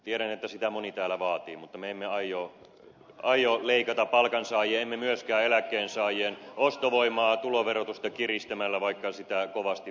tiedän että sitä moni täällä vaatii mutta me emme aio leikata palkansaajien emme myöskään eläkkeensaajien ostovoimaa tuloverotusta kiristämällä vaikka sitä kovasti vaaditaan